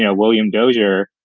yeah william dozier,